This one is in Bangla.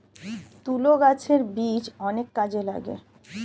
তুলো গাছের বীজ অনেক কাজে লাগে